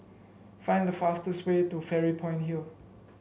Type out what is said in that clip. find the fastest way to Fairy Point Hill